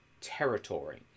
territory